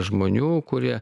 žmonių kurie